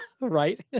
Right